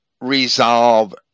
resolve